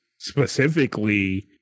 specifically